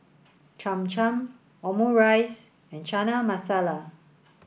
Cham Cham Omurice and Chana Masala